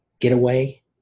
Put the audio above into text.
getaway